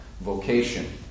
vocation